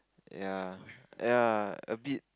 ya ya a bit